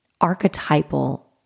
archetypal